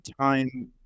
time